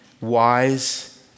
wise